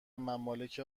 ممالک